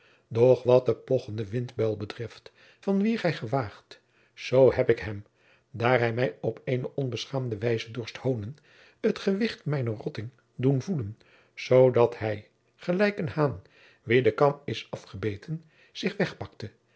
wat den pogchenden windbuil betreft van wien gij gewaagt zoo heb ik hem daar hij mij op eene onbeschaamde wijze dorst hoonen het gewicht mijner rotting doen voelen zoodat hij gelijk een haan wien de kam is afgebeten zich wegpakte